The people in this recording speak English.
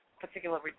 particular